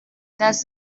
das